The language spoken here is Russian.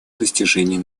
достижений